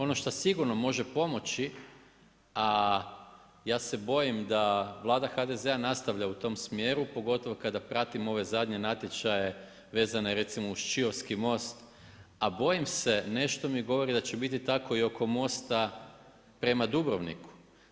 Ono što sigurno može pomoći, a ja se bojim da Vlada HDZ-a nastavlja u tom smjeru, pogotovo kada pratim ove zadnje natječaje, vezano recimo uz Čiovski most, a bojim se, nešto mi govori da će biti tako i oko mosta prema Dubrovniku.